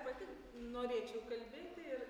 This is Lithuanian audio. pati norėčiau kalbėti ir